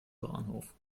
bahnhof